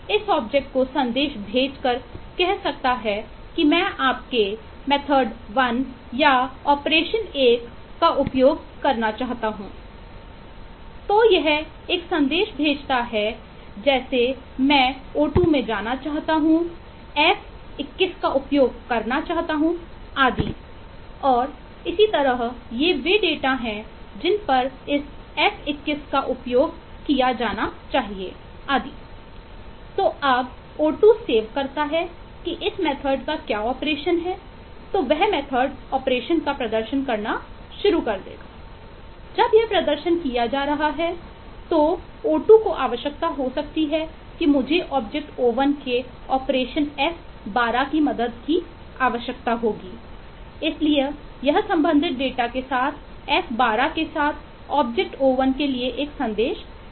तो यह एक संदेश भेजता है जैसे मैं ओ 2 के लिए एक संदेश भेजता है